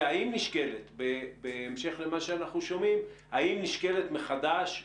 והאם נשקלת מחדש, בהמשך למה שאנחנו שומעים, צורת